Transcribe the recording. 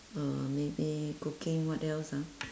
uh maybe cooking what else ah